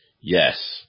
yes